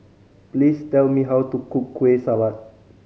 please tell me how to cook Kueh Salat